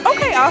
Okay